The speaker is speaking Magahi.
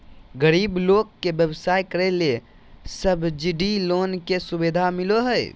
गरीब लोग के व्यवसाय करे ले सब्सिडी लोन के सुविधा मिलो हय